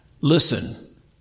Listen